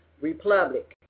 republic